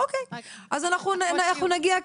נגיע,